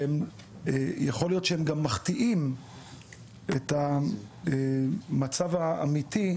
וגם יכול להיות שהם גם מחטיאים את המצב האמיתי,